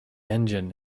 engine